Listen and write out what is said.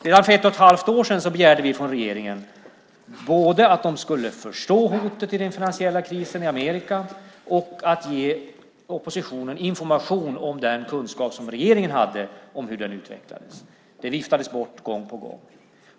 Redan för ett och ett halvt år sedan begärde vi från regeringen både att de skulle förstå hotet från den finansiella krisen i Amerika och att de skulle ge oppositionen information om den kunskap som regeringen hade om hur den utvecklades. Det viftades bort gång på gång.